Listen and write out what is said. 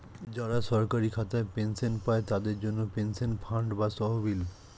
যারা সরকারি খাতায় পেনশন পায়, তাদের জন্যে পেনশন ফান্ড বা তহবিল